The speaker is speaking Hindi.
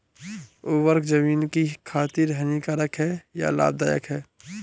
उर्वरक ज़मीन की खातिर हानिकारक है या लाभदायक है?